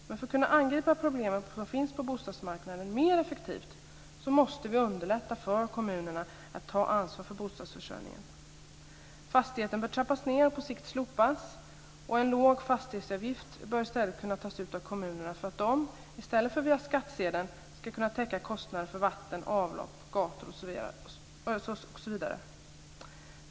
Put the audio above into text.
Men för att kunna angripa de problem som finns på bostadsmarknaden mer effektivt måste vi underlätta för kommunerna att ta ansvar för bostadsförsörjningen. Fastighetsskatten bör trappas ned och på sikt slopas. En låg fastighetsavgift bör i stället kunna tas ut av kommunerna för att de, i stället för via skattsedeln, ska kunna täcka kostnader för vatten, avlopp, gator osv.